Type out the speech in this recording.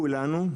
כולנו,